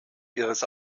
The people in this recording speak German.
ihres